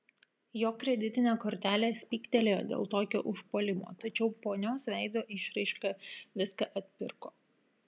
jo kreditinė kortelė spygtelėjo dėl tokio užpuolimo tačiau ponios veido išraiška viską atpirko